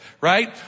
Right